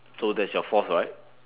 so that's your fourth right